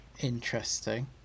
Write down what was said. Interesting